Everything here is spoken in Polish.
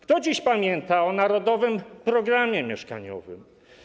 Kto dziś pamięta o „Narodowym programie mieszkaniowym”